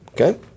okay